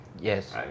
yes